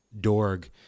dorg